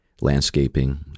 landscaping